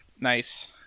nice